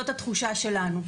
זאת התחושה שלנו.